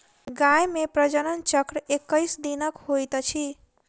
गाय मे प्रजनन चक्र एक्कैस दिनक होइत अछि